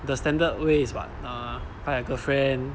the standard way is what err find a girlfriend